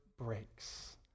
breaks